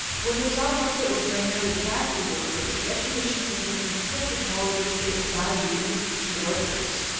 when the job market was primarily factory worker, the education system instilled the qualities it valued in its future workers.